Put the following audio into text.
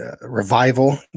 revival